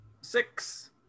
six